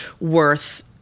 worth